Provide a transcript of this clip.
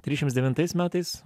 trisdešimts devintais metais